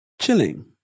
chilling